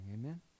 Amen